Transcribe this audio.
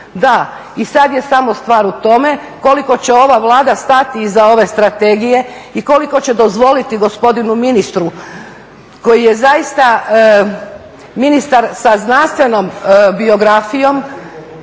da, i sad je samo stvar u tome koliko će ova Vlada stati iza ove strategije i koliko će dozvoliti gospodinu ministru koji je zaista ministar sa znanstvenom biografijom